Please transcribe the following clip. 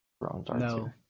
No